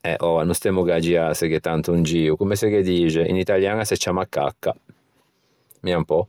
eh oua no stemmo a giâseghe tanto in gio comme se dixe, in italian a se ciamma cacca. Mia un pö.